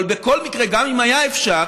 אבל בכל מקרה, גם אם היה אפשר,